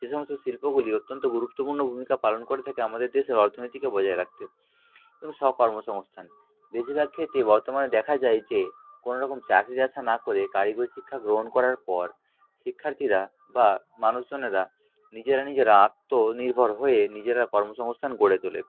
এসমস্ত শিল্পগুলি অত্যন্ত গুরুত্বপূর্ণ ভূমিকা পালন করে থাকে আমাদের দেশের অর্থনীতিকে বজায় রাখতে এবং স্বকর্মসংস্থান বেশিরভাগ ক্ষেত্রেই বর্তমানে দেখা যায় যে কোনো রকম চাকরির আশা না করে কারিগরি শিক্ষা গ্রহণ করার পর শিক্ষার্থীরা বা মানুষজনেরা নিজেরা নিজেরা আত্মনির্ভর হয়ে নিজেরা কর্মসংস্থান গড়ে তোলে